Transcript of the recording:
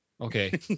Okay